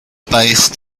based